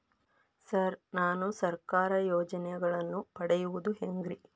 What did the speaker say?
Sir ನಾನು ಸರ್ಕಾರ ಯೋಜೆನೆಗಳನ್ನು ಪಡೆಯುವುದು ಹೆಂಗ್ರಿ?